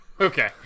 Okay